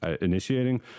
initiating